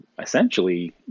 essentially